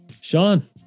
Sean